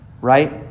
right